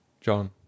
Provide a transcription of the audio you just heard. John